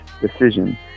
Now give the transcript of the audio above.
decision